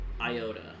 Iota